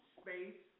space